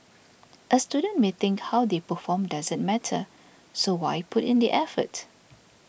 a student may think how they perform doesn't matter so why put in the effort